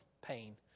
pain